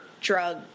drug